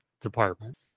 department